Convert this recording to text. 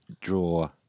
draw